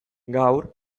gaur